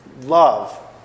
love